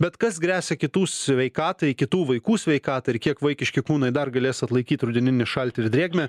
bet kas gresia kitų sveikatai kitų vaikų sveikatai ir kiek vaikiški kūnai dar galės atlaikyt rudeninį šaltį ir drėgmę